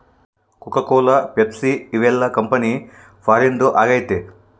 cocoa Cola Pepsi ಇವೆಲ್ಲ company ಫಾರಿನ್ದು ಆಗೈತೆ